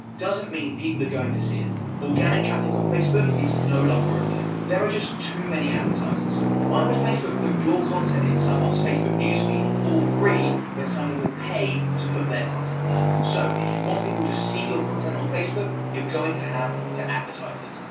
doesn't mean people are going to see it. organic traffic on facebook is no longer a thing. there are just too many advertisers. why would facebook put your content in someones facebook newsfeed for free, when someone would pay to put their content there. so, if you want people to see your content on facebook, you're going to have to advertise it.